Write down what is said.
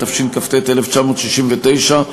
התשכ"ט 1969,